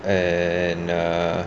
and err